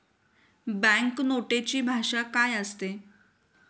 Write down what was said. Bank नोटेची भाषा काय असते?